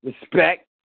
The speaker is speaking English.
respect